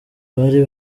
bari